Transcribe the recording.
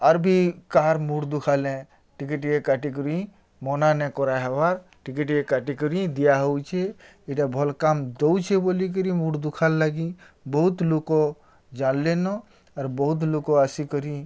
ଆର୍ ବି କାହାର୍ ମୁଡ଼୍ ଦୁଖାଲେ ଟିକେ କାଟିକରି ମନା ନାଇ କରାହେବାର୍ ଟିକେ ଟିକେ କାଟିକରି ଦିଆହେଉଛେ ଇଟା ଭଲ୍ କାମ୍ ଦେଉଛେ ବୋଲିକରି ମୁଡ଼୍ ଦୁଖାର୍ ଲାଗି ବହୁତ୍ ଲୋକ୍ ଜାଣ୍ଲେନ ଆର୍ ବହୁତ୍ ଲୋକ୍ ଆସିକରି